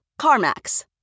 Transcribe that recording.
CarMax